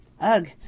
Ugh